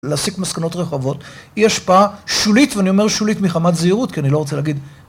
להסיק מסקנות רחבות היא השפעה שולית ואני אומר שולית מחמת זהירות כי אני לא רוצה להגיד